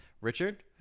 Richard